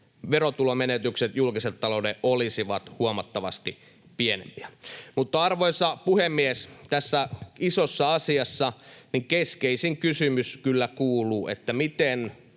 verotulomenetykset julkiselle taloudelle olisivat huomattavasti pienempiä. Arvoisa puhemies! Tässä isossa asiassa keskeisin kysymys kyllä kuuluu, että miten